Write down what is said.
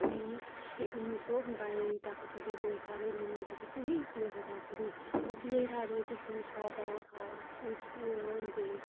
होई ते उन्नी सौ बाई तक्कर चली ते दो साल एह् मूवमेंट ही जेह्की चली फिर लगातार दो साल चली उत्त च एह् हा की जेह्के शूह्त शाह्त ओह् था ओह् होंदे